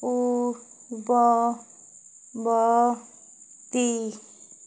ପୂର୍ବବର୍ତ୍ତୀ